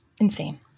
Insane